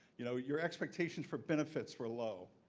you know your expectations for benefits were low.